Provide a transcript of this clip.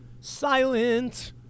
Silent